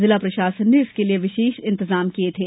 जिला प्रशासन ने इसके लिए विशेष इंतजाम किए थे